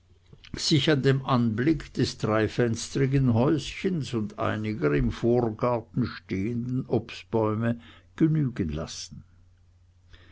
sich an dem anblick des dreifenstrigen häuschens und einiger im vorgarten stehenden obstbäume genügen lassen